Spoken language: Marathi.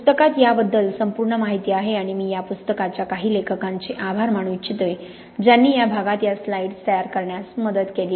पुस्तकात याबद्दल संपूर्ण माहिती आहे आणि मी या पुस्तकाच्या काही लेखकांचे आभार मानू इच्छितो ज्यांनी या भागात या स्लाइड्स तयार करण्यास मदत केली